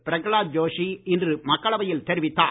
பிரஹலாத் ஜோஷி இன்று மக்களவையில் தெரிவித்தார்